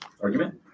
argument